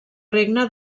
regne